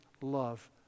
love